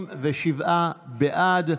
37 בעד.